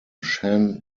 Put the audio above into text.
shan